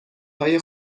های